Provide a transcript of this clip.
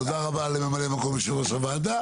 תודה רבה לממלא מקום יושב ראש הוועדה